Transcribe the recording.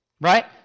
right